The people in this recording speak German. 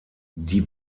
die